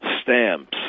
stamps